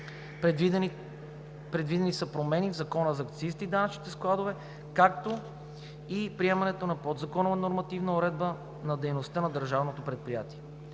Предвидени са промени в Закона за акцизите и данъчните складове, както и приемането на подзаконова нормативна уредба на дейността на държавното предприятие.